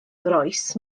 groes